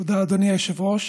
תודה, אדוני היושב-ראש,